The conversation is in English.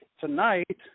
tonight